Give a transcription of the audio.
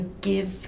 give